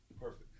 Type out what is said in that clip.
Perfect